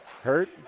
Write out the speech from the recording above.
Hurt